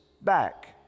back